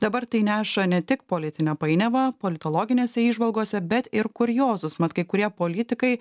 dabar tai neša ne tik politinę painiavą politologinėse įžvalgose bet ir kuriozus mat kai kurie politikai